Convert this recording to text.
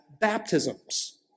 baptisms